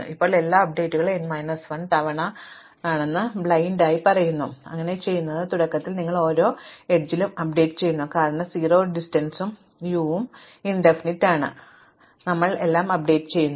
ഇപ്പോൾ ഞങ്ങൾ എല്ലാ അപ്ഡേറ്റുകളും n മൈനസ് 1 തവണ അന്ധമായി ചെയ്യുന്നു അതിനാൽ ഞങ്ങൾ ചെയ്യുന്നത് തുടക്കത്തിൽ നിങ്ങൾ ഓരോ അരികിലും അപ്ഡേറ്റുചെയ്യുന്നു കാരണം 0 ദൂരവും യു അനന്തവുമാണ് അല്ലെങ്കിൽ ഞങ്ങൾ എല്ലാം അപ്ഡേറ്റുചെയ്യുന്നു